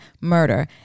murder